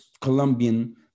Colombian